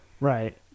right